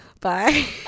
bye